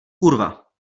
kurva